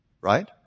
Right